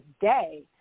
Day